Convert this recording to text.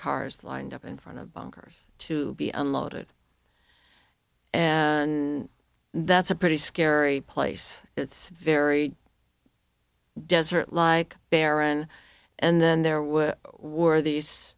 cars lined up in front of hers to be unloaded and that's a pretty scary place it's very desert like barren and then there was war these